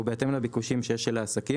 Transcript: זה בהתאם לביקושים של העסקים.